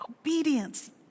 obedience